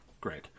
Great